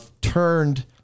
turned